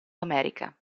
america